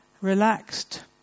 relaxed